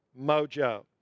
Mojo